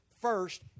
first